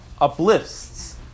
uplifts